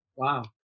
Wow